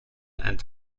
and